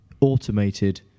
automated